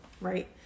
right